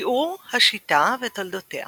תיאור השיטה ותולדותיה